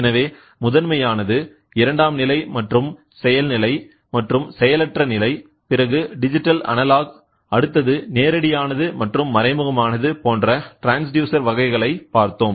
எனவே முதன்மையானது இரண்டாம்நிலை மற்றும் செயல்நிலை மற்றும் செயலற்ற நிலை பிறகு டிஜிட்டல் அனலாக் அடுத்தது நேரடியானது மற்றும் மறைமுகமானது போன்ற ட்ரான்ஸ்டியூசர் வகைகளை பார்த்தோம்